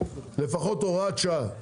לפחות הוראת שעה,